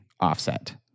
offset